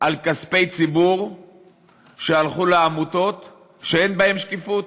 על כספי ציבור שהלכו לעמותות שאין בהן שקיפות?